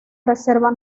reserva